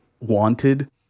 wanted